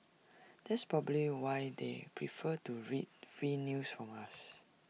that's probably why they prefer to read free news from us